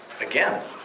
again